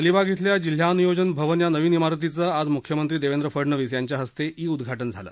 अलिबाग इथल्या जिल्हा नियोजन भवन या नवीन इमारतीचं आज मुख्यमंत्री देवेंद्र फडणवीस यांच्या हस्ते ई उद्वाटन झालं